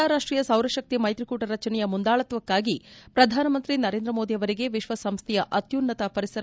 ಅಂತಾರಾಷ್ಷೀಯ ಸೌರಶಕ್ತಿ ಮೈತ್ರಿಕೂಟ ರಚನೆಯ ಮುಂದಾಳತ್ವಕ್ಕಾಗಿ ಪ್ರಧಾನಮಂತ್ರಿ ನರೇಂದ್ರಮೋದಿ ಅವರಿಗೆ ವಿಶ್ವಸಂಸ್ಥೆಯ ಅತ್ಯುನ್ನತ ಪರಿಸರ ಪ್ರಶಸ್ತಿ